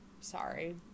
Sorry